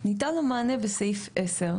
ניתן לו מענה בסעיף (10).